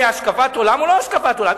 זה השקפת עולם או לא השקפת עולם?